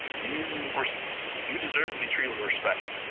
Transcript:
you you deserve to be treated with respect.